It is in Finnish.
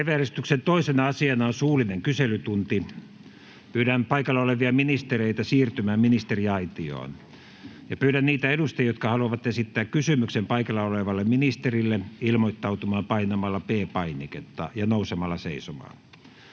Päiväjärjestyksen 2. asiana on suullinen kyselytunti. Pyydän paikalla olevia ministereitä siirtymään ministeriaitioon. Pyydän niitä edustajia, jotka haluavat esittää kysymyksen paikalla olevalle ministerille, ilmoittautumaan painamalla P-painiketta ja nousemalla seisomaan.